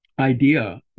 idea